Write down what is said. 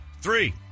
Three